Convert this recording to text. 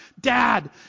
Dad